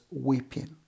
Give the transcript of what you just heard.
weeping